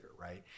right